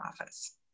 office